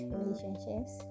relationships